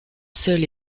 seul